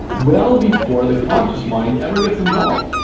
well before the conscious mind ever gets involved.